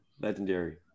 Legendary